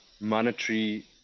monetary